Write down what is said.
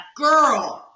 girl